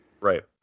Right